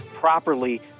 properly